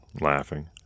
laughing